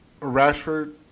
Rashford